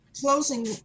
closing